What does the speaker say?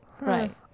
Right